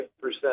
percent